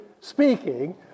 speaking